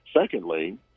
Secondly